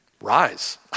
rise